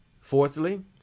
Fourthly